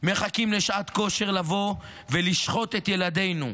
מחכים לשעת כושר לבוא ולשחוט את ילדינו.